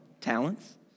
talents